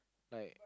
like